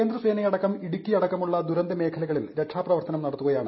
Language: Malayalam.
കേന്ദ്ര സേനയടക്കം ഇടുക്കി അടക്കമുള്ള ദുരന്ത മേഖലകളിൽ രക്ഷാ പ്രവർത്തനം നടത്തുകയാണ്